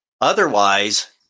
Otherwise